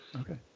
Okay